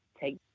take